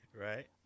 Right